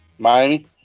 Miami